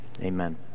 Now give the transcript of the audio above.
Amen